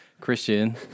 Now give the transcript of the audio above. Christian